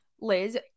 Liz